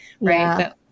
Right